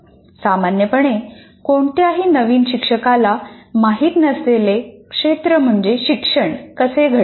सामान्यपणे कोणत्याही नवीन शिक्षकाला माहित नसलेले क्षेत्र म्हणजे शिक्षण कसे घडते